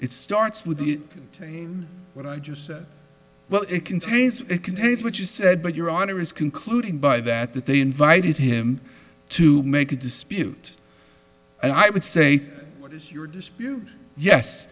it starts with the ten what i just said well it contains it contains what you said but your honor is concluding by that that they invited him to make a dispute and i would say what is your dispute yes